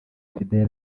fidele